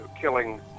killing